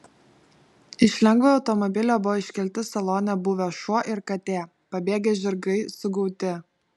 iš lengvojo automobilio buvo iškelti salone buvę šuo ir katė pabėgę žirgai sugauti